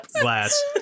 glass